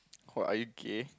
or are you gay